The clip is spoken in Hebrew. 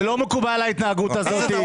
זה לא מקובל עליי ההתנהגות הזאת,